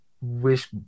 wish